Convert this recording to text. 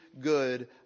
good